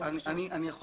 אני יכול